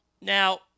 Now